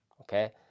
Okay